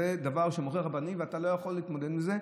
זה דבר שאומרים הרבנים ואתה לא יכול להתמודד עם זה,